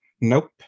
nope